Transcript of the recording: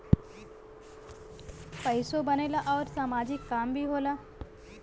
पइसो बनेला आउर सामाजिक काम भी होला